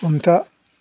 हमथा